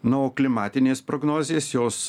nu o klimatinės prognozės jos